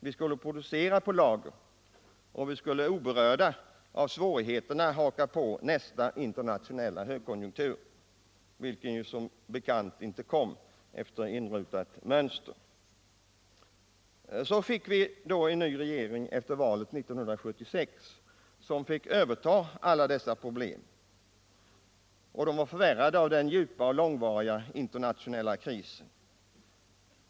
Vi skulle producera på lager och oberörda av svårigheterna haka på nästa internationella högkonjunktur, vilken som bekant inte kom efter inrutat mönster. Så fick vi då en ny regering efter valet 1976 som fick överta alla dessa problem. De var förvärrade av den djupa och långa internationella krisen.